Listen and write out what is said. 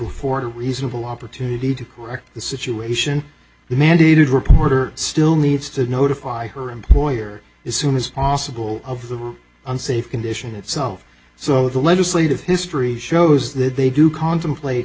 afford a reasonable opportunity to correct the situation the mandated reporter still needs to notify her employer is soon as possible of the unsafe condition itself so the legislative history shows that they do contemplate